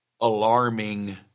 alarming